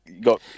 got